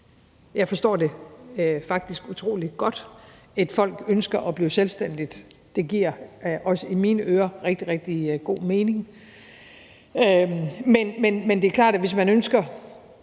Jeg forstår det faktisk utrolig godt. Et folk ønsker at blive selvstændigt, og det giver også i mine ører rigtig, rigtig god mening. Men det er klart, at hvis man på et